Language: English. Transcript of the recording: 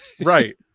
Right